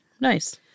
Nice